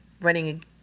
running